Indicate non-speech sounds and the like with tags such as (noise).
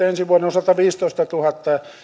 (unintelligible) ensi vuoden osalta viisitoistatuhatta